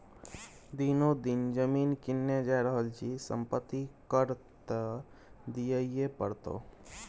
दिनो दिन जमीन किनने जा रहल छी संपत्ति कर त दिअइये पड़तौ